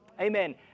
Amen